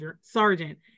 sergeant